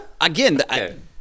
again